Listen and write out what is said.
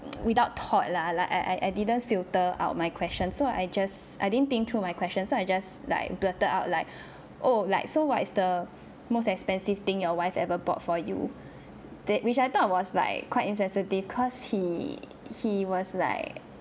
without thought lah like I I didn't filter out my question so I just I didn't think through my question so I just like blurted out like oh like so what is the most expensive thing your wife ever bought for you that which I thought was like quite insensitive cause he he was like